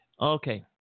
Okay